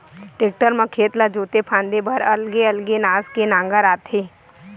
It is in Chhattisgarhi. टेक्टर म खेत ला जोते फांदे बर अलगे अलगे नास के नांगर आथे